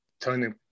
turning